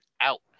out